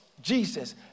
Jesus